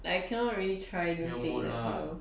like I cannot really try new things at home